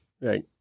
Right